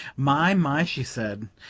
my, my! she said,